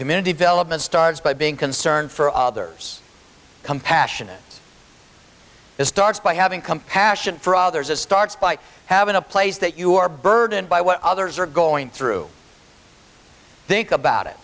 community development starts by being concerned for others compassionate it starts by having compassion for others as starts by having a place that you are burdened by what others are going through think about it